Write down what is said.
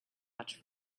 much